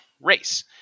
race